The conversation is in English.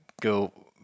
go